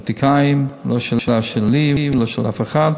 פוליטיקאים, לא שאלה שלי, לא של אף אחד,